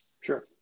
Sure